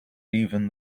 even